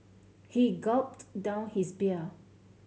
he gulped down his beer